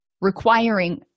requiring